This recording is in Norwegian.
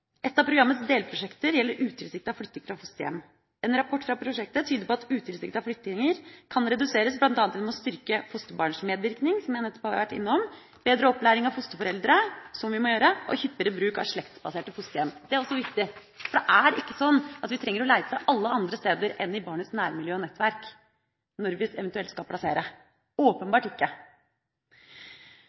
Et av programmets delprosjekter gjelder utilsiktet flytting fra fosterhjem. En rapport fra prosjektet tyder på at utilsiktede flyttinger kan reduseres bl.a. gjennom å styrke fosterbarns medvirkning, som jeg nettopp har vært innom, bedre opplæring av fosterforeldre, som vi må gjøre, og hyppigere bruk av slektsbaserte fosterhjem. Det er også viktig. Det er ikke sånn at vi trenger å lete alle andre steder enn i barnets nærmiljø og nettverk når vi eventuelt skal plassere – åpenbart ikke.